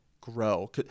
grow